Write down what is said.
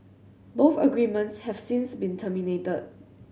both agreements have since been terminated